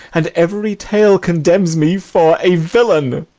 and every tale condemns me for a villain.